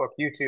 YouTube